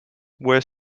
were